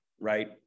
Right